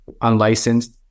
unlicensed